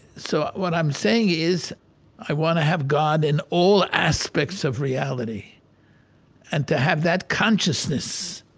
so what i'm saying is i want to have god in all aspects of reality and to have that consciousness